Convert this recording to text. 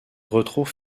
retrouve